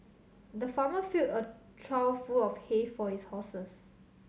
the farmer filled a trough full of hay for his horses